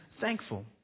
thankful